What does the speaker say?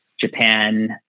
Japan